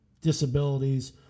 disabilities